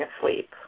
asleep